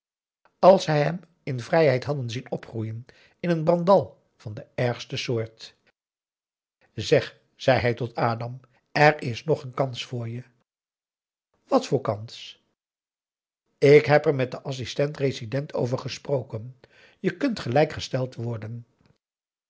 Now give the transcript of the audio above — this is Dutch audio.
als zij hem in vrijheid hadden zien opgroeien een brandal van de ergste soort zeg zei hij tot adam er is nog een kans voor je at voor kans ik heb er met den assistent-resident over gesproken je kunt gelijk gesteld worden